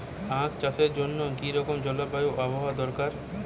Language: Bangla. আখ চাষের জন্য কি রকম জলবায়ু ও আবহাওয়া দরকার?